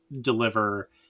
deliver